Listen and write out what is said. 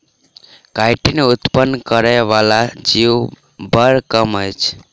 chitin उत्पन्न करय बला जीव बड़ कम अछि